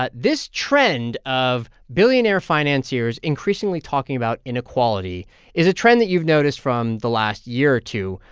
ah this trend of billionaire financiers increasingly talking about inequality is a trend that you've noticed from the last year or two.